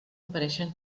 apareixen